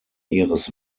ihres